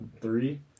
three